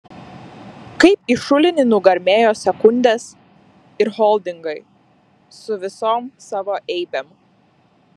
kaip į šulinį nugarmėjo sekundės ir holdingai su visom savo eibėm